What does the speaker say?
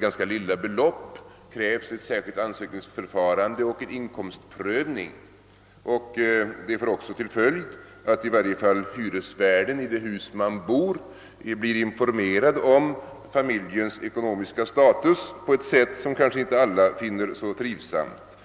ganska ringa belopp krävs ett särskilt ansökningsförfarande och vidare en inkomstprövning. Detta får också till följd att i varje fall hyresvärden i det hus där man bor blir informerad om familjens ekonomiska status på ett sätt som kanske inte alla finner så trivsamt.